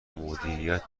مدیریت